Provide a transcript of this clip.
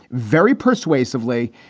very persuasively,